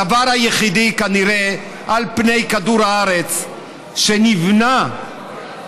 הדבר היחיד כנראה על פני כדור הארץ שנבנה